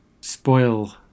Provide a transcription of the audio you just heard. spoil